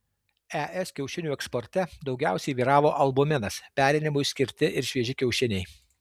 es kiaušinių eksporte daugiausiai vyravo albuminas perinimui skirti ir švieži kiaušiniai